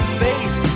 faith